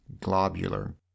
globular